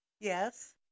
Yes